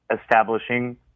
establishing